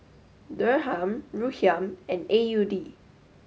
Dirham Rupiah and A U D